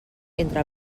entre